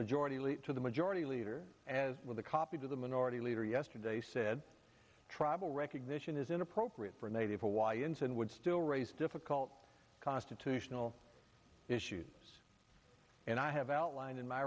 majority lead to the majority leader as well the copy to the minority leader yesterday said tribal recognition is inappropriate for native hawaiians and would still raise difficult constitutional issues and i have outlined in my